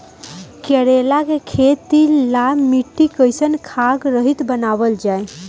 करेला के खेती ला मिट्टी कइसे खाद्य रहित बनावल जाई?